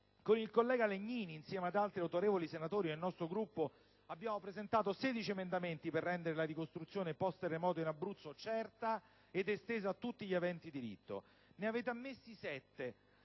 con il collega Legnini e altri autorevoli senatori del mio Gruppo, ho presentato 16 emendamenti per rendere la ricostruzione post‑terremoto in Abruzzo certa ed estesa a tutti gli aventi diritto: ebbene, ne avete ammessi sette.